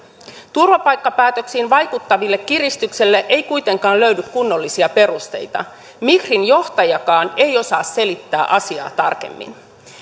turvapaikkapäätöksiin vaikuttaville kiristyksille ei kuitenkaan löydy kunnollisia perusteita migrin johtajakaan ei osaa selittää asiaa tarkemmin